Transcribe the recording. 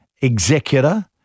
executor